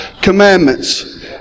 commandments